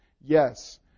yes